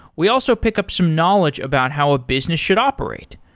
we also pick up some knowledge about how a business should operate.